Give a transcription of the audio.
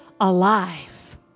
alive